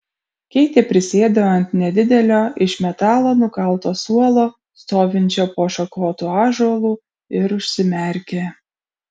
keitė prisėdo ant nedidelio iš metalo nukalto suolo stovinčio po šakotu ąžuolu ir užsimerkė